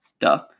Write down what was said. Duh